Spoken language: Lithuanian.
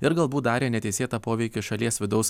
ir galbūt darė neteisėtą poveikį šalies vidaus